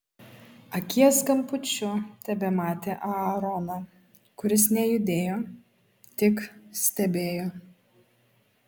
akies kampučiu tebematė aaroną kuris nejudėjo tik stebėjo